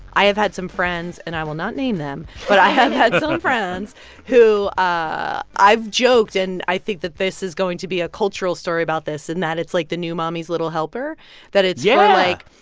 i have had some friends. and i will not name them. but i have had some friends who ah i've joked and i think that this is going to be a cultural story about this, in that it's like the new mommy's little helper yeah that it's for, yeah like,